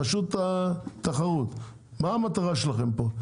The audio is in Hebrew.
רשות התחרות מה המטרה שלכם פה?